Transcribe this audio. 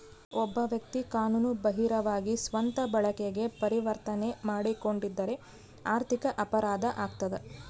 ಒಬ್ಬ ವ್ಯಕ್ತಿ ಕಾನೂನು ಬಾಹಿರವಾಗಿ ಸ್ವಂತ ಬಳಕೆಗೆ ಪರಿವರ್ತನೆ ಮಾಡಿಕೊಂಡಿದ್ದರೆ ಆರ್ಥಿಕ ಅಪರಾಧ ಆಗ್ತದ